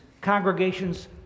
Congregations